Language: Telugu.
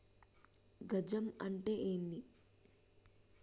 గజం అంటే ఏంది?